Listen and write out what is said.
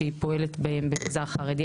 שהיא פועלת במגזר החרדי.